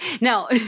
Now